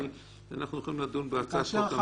אבל אנחנו הולכים לדון בהצעת חוק הממשלתית.